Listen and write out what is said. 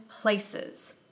places